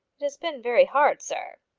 it has been very hard, sir.